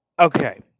Okay